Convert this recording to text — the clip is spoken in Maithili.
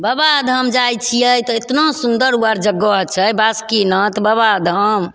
बाबाधाम जाइ छिए तऽ एतना सुन्दर ओ आओर जगह छै बासुकीनाथ बाबाधाम